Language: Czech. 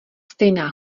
stejná